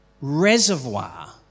reservoir